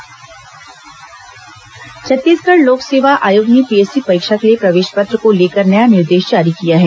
PSC प्रवेश पत्र छत्तीसगढ़ लोक सेवा आयोग ने पीएससी परीक्षा के लिए प्रवेश पत्र को लेकर नया निर्देश जारी किया है